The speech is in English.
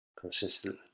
consistent